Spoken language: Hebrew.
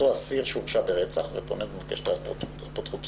אותו אסיר שהורשע ברצח ופונה ומבקש את האפוטרופסות,